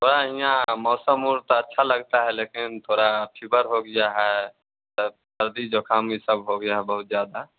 यहाँ मौसम बहुत अच्छा लगता है लेकिन थोड़ा फिभर हो गया सब सर्दी ज़ुखाम ई सब हो गया है बहुत ज़्यादा